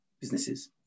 businesses